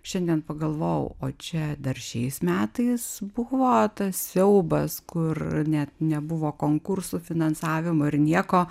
šiandien pagalvojau o čia dar šiais metais buvo tas siaubas kur net nebuvo konkursų finansavimo ir nieko